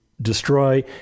destroy